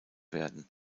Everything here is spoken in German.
werden